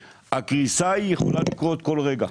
הקריסה יכולה לקרות כל רגע.